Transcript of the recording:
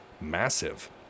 massive